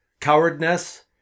cowardness